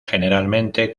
generalmente